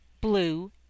blue